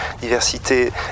diversité